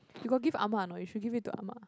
you got give Ah-Ma a not you should give it to Ah-Ma